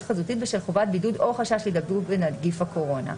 חזותית בשל חובת בידוד או חשש להידבקות בנגיף הקורונה.